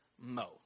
Mo